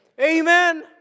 Amen